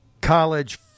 college